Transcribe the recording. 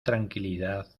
tranquilidad